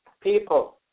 People